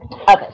Okay